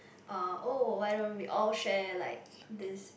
uh oh why don't we all share like this